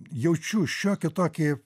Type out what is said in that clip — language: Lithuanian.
jaučiu šiokį tokį